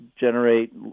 generate